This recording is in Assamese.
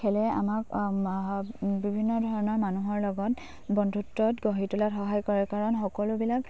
খেলে আমাক বিভিন্ন ধৰণৰ মানুহৰ লগত বন্ধুত্বত গঢ়ি তোলাত সহায় কৰে কাৰণ সকলোবিলাক